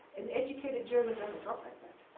an educated german doesn't talk like that.